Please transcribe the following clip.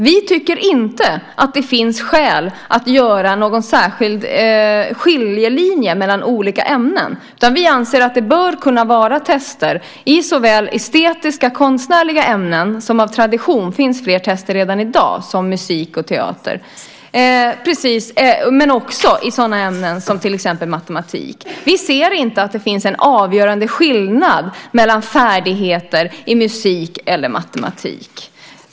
Vi tycker inte att det finns skäl att ha en särskild skiljelinje mellan olika ämnen, utan vi anser att det bör kunna vara tester i såväl estetiska, konstnärliga, ämnen där det av tradition finns flera tester redan i dag - jag tänker då på musik och teater - som i ett sådant ämne som matematik till exempel. Vi ser inte att det finns avgörande skillnad mellan färdigheter i musik eller matematik.